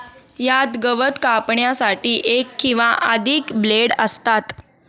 यात गवत कापण्यासाठी एक किंवा अधिक ब्लेड असतात